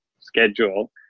schedule